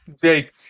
Jake